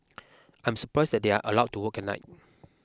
I'm surprised that they are allowed to work at night